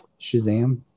shazam